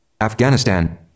Afghanistan